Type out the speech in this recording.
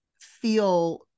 feel